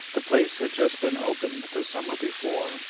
the place had just been opened the summer before,